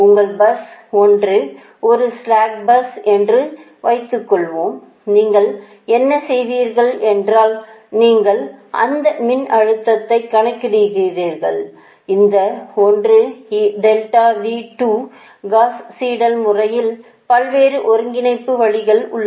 உங்கள் பஸ் 1 ஒரு slack bus என்று வைத்துக்கொள்வோம் நீங்கள் என்ன செய்வீர்கள் என்றாள் நீங்கள் அந்த மின்னழுத்தத்தை கணக்கிடுகிறீர்கள் இந்த ஒன்று காஸ் சீடெல் முறையில் பல்வேறு ஒருங்கிணைப்பு வழிகள் உள்ளன